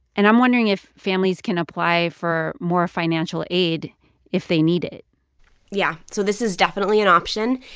and i'm wondering if families can apply for more financial aid if they need it yeah. so this is definitely an option,